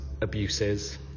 abuses